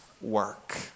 work